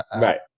right